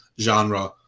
genre